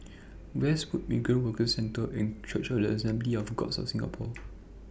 Westwood Migrant Workers Centre and Church of The Assemblies of God of Singapore